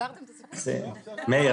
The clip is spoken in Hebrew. מאיר,